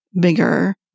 bigger